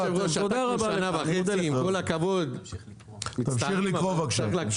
תמשיך לקרוא בבקשה.